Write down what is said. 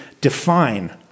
define